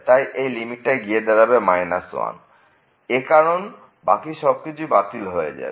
তাই এই লিমিটটা গিয়ে দাঁড়াবে 1 এ কারণ বাকি সবকিছুই বাতিল হয়ে যাবে